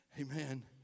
Amen